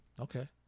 Okay